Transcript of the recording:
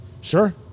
Sure